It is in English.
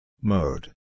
Mode